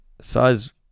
Size